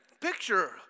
Picture